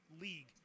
league